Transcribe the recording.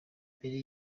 mbere